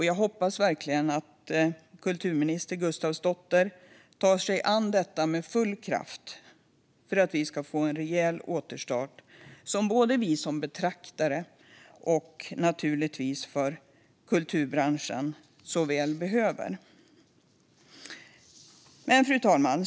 Jag hoppas att kulturminister Gustafsdotter tar sig an detta med full kraft för att vi ska få den rejäla återstart som både vi som betraktare och naturligtvis kulturbranschen så väl behöver. Fru talman!